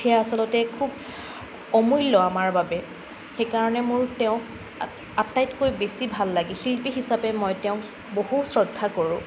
সেয়া আচলতে খুব অমূল্য আমাৰ বাবে সেইকাৰণে মোৰ তেওঁক আটাইতকৈ বেছি ভাল লাগে শিল্পী হিচাপে মই তেওঁক বহু শ্ৰদ্ধা কৰোঁ